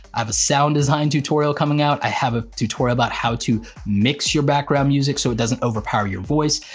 i have a sound design tutorial coming out, i have a tutorial about how to mix your background music so it doesn't overpower your voice,